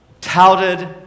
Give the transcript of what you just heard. touted